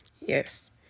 Yes